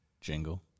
jingle